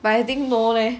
by adding more leh